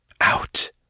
Out